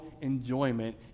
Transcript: enjoyment